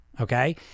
Okay